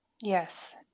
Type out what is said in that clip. Yes